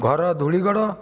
ଘର ଧୂଳିଗଡ଼